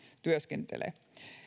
työskentelee